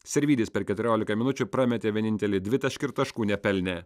sirvydis per keturiolika minučių prametė vienintelį dvitaškį ir taškų nepelnė